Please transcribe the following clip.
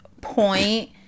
point